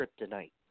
kryptonite